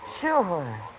Sure